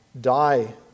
die